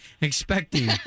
expecting